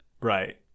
Right